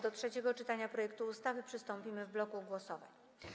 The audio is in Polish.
Do trzeciego czytania projektu ustawy przystąpimy w bloku głosowań.